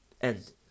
End